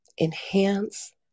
enhance